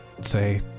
say